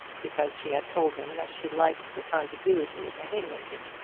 because she had told him that she liked the contiguity of the hay-making.